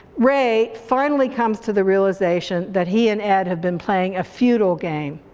ray finally comes to the realization that he and ed have been playing a futile game.